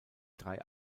drei